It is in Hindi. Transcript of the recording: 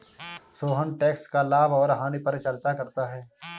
सोहन टैक्स का लाभ और हानि पर चर्चा करता है